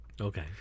Okay